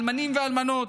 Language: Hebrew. האלמנים והאלמנות,